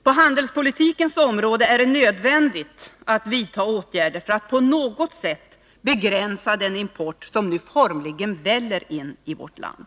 På handelspolitikens område är det nödvändigt att vidta åtgärder för att på något sätt begränsa den import som nu formligen väller in i vårt land.